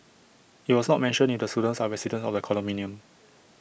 IT was not mentioned if the students are residents of the condominium